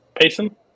Payson